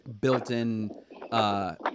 built-in